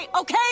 okay